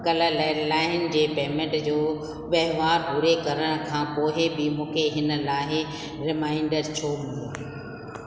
कल्ह लैंडलाइन जी पेमेंट जो वहिंवार पूरे करण खां पोइ बि मूंखे हिन लाइ रिमाइंडर छो मिलियो